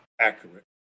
accurate